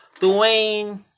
Dwayne